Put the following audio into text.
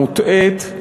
מוטעית,